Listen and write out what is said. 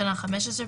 בתקנה 15,